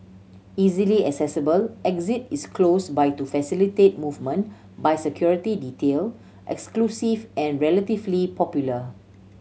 easily accessible exit is close by to facilitate movement by security detail exclusive and relatively popular